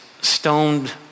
stoned